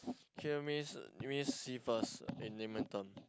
kiv means means see first in layman term